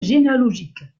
généalogique